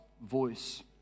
voice